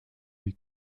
lui